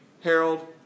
Harold